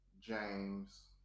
James